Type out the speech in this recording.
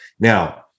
Now